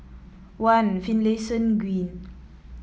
One Finlayson Green